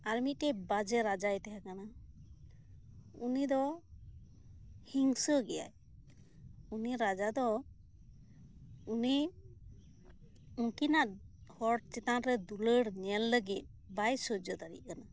ᱟᱨ ᱢᱤᱫᱴᱮᱱ ᱵᱟᱡᱮ ᱨᱟᱡᱟᱭ ᱛᱟᱦᱮᱸ ᱠᱟᱱᱟ ᱩᱱᱤ ᱫᱚ ᱦᱤᱝᱥᱟᱹ ᱜᱮᱭᱟᱭ ᱩᱱᱤ ᱨᱟᱡᱟ ᱫᱚ ᱩᱱᱤ ᱩᱱᱠᱤᱱᱟᱜ ᱦᱚᱲ ᱪᱮᱛᱟᱱ ᱨᱮ ᱫᱩᱞᱟᱹᱲ ᱧᱮᱞ ᱞᱟᱹᱜᱤᱫ ᱵᱟᱭ ᱥᱚᱡᱽᱡᱚ ᱫᱟᱲᱮᱭᱟᱜ ᱠᱟᱱᱟ